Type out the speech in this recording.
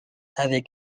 avaient